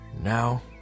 now